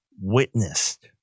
witnessed